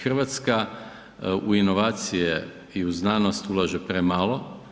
Hrvatska u inovacije i znanost ulaže premalo.